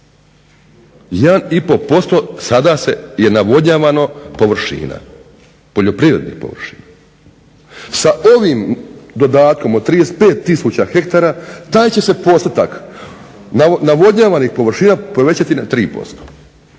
1,5% sada je navodnjavano površina, poljoprivrednih površina. Sa ovim dodatkom od 35 tisuća hektara taj će se postotak navodnjavanih površina povećati na 3%